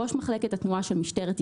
ראש מחלקת תנועה של משטרת ישראל,